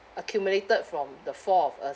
accumulated from the four of us